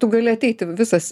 tu gali ateiti visas